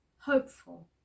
hopeful